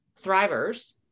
Thrivers